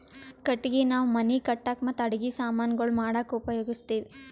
ಕಟ್ಟಗಿ ನಾವ್ ಮನಿ ಕಟ್ಟಕ್ ಮತ್ತ್ ಅಡಗಿ ಸಮಾನ್ ಗೊಳ್ ಮಾಡಕ್ಕ ಉಪಯೋಗಸ್ತಿವ್